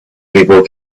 people